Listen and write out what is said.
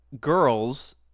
girls